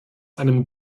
einem